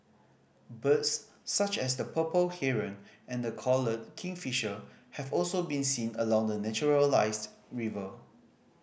birds such as the purple heron and the collared kingfisher have also been seen along the naturalised river